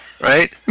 right